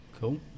Cool